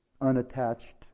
unattached